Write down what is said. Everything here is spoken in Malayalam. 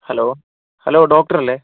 hello hello ഡോക്ടറല്ലെ